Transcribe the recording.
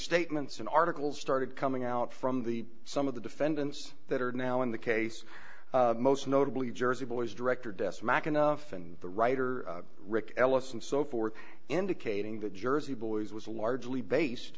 statements and articles started coming out from the some of the defendants that are now in the case most notably jersey boys director desk mack enough and the writer rick ellis and so forth indicating that jersey boys was largely based